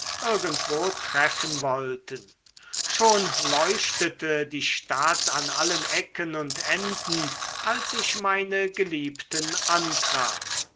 irgendwo treffen wollten schon leuchtete die stadt an allen ecken und enden als ich meine geliebten antraf